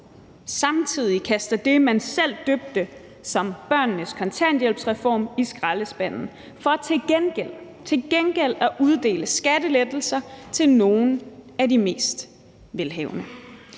samtidig kaster det, man selv døbte børnenes kontanthjælpsreform, i skraldespanden for til gengæld at uddele skattelettelser til nogle af de mest velhavende.